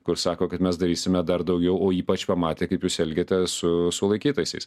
kur sako kad mes darysime dar daugiau o ypač pamatė kaip jūs elgiatės su sulaikytaisiais